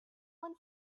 one